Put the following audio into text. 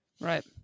Right